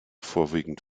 vorwiegend